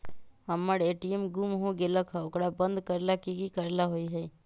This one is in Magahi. हमर ए.टी.एम गुम हो गेलक ह ओकरा बंद करेला कि कि करेला होई है?